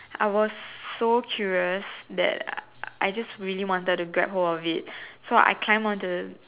I was so curious that I just really wanted to Grab hold of it so I climbed onto the